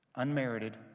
unmerited